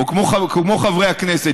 או כמו חברי הכנסת,